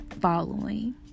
following